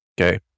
Okay